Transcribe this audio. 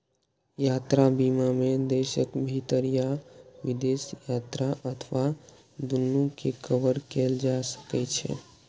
यात्रा बीमा मे देशक भीतर या विदेश यात्रा अथवा दूनू कें कवर कैल जा सकै छै